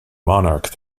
monarch